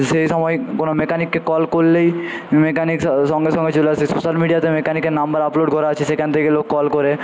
সেই সময় কোনো মেকানিককে কল করলেই মেকানিক সঙ্গে সঙ্গে চলে আসে সোশ্যাল মিডিয়াতে মেকানিকের নাম্বার আপলোড করা আছে সেখান থেকে লোক কল করে